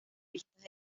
pistas